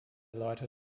leute